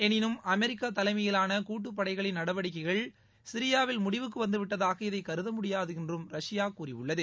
எளினும் அமெரிக்கா தலைமையிலான கூட்டுப் படைகளின் நடவடிக்கைகள் சிரியாவில் முடிவுக்கு வந்துவிட்டதாக இதை கருதமுடியாது என்றும் ரஷ்யா கூறியுள்ளது